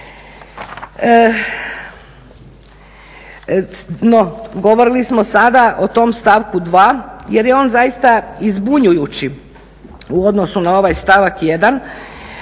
No, govorili smo sada o tom stavku 2. jer je on zaista i zbunjujući u odnosu na ovaj stavak 1.